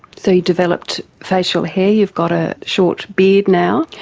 so you developed facial hair, you've got a short beard now,